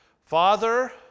father